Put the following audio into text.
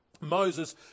Moses